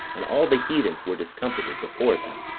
and all the heathens were discomfited before them,